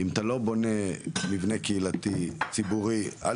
אם אתה לא בונה מבנה קהילתי, ציבורי, אז